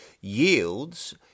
yields